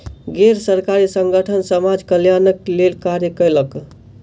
गैर सरकारी संगठन समाज कल्याणक लेल कार्य कयलक